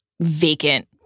vacant